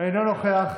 אינו נוכח.